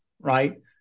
right